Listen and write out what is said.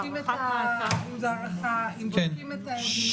-- בודקים אם זה הארכה, בודקים את העדים.